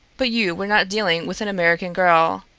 but you were not dealing with an american girl.